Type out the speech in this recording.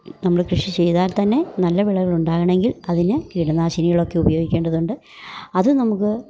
നമ്മള് കൃഷി ചെയ്താൽ തന്നെ നല്ല വിളകളുണ്ടാകണമെങ്കിൽ അതിന് കീടനാശിനികളൊക്കെ ഉപയോഗിക്കേണ്ടതുണ്ട് അത് നമുക്ക്